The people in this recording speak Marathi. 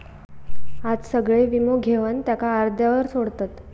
आज सगळे वीमो घेवन त्याका अर्ध्यावर सोडतत